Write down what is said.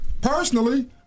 personally